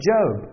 Job